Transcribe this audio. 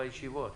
ישיבות.